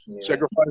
sacrifice